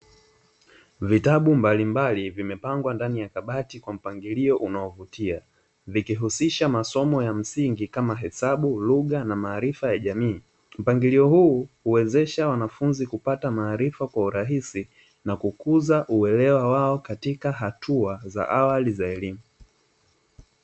Vitabu mbali mbali vimepangwa ndani ya kabati kwa mpangilio unaovutia vikihusisha masomo ya msingi kama vile hesabu, lugha na maarifa ya jamii mpangilio huu huwezesha wanafunzi kupata maarifa kwa urahisi na kukukza uelewa wao katika hatua za awali za elimu.